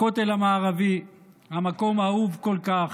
הכותל המערבי, "המקום האהוב כל כך,